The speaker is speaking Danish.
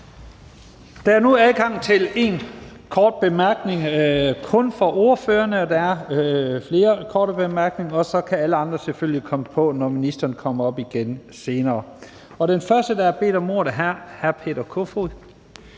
Der er nu adgang til én kort bemærkning kun for ordførerne, og så kan alle andre selvfølgelig komme på, når ministeren kommer op igen senere. Den første, der har bedt om ordet, er hr. Peter Kofod.